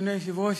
אדוני היושב-ראש,